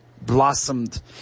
blossomed